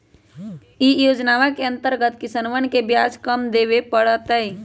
ई योजनवा के अंतर्गत किसनवन के ब्याज कम देवे पड़ तय